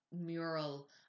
mural